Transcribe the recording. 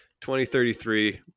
2033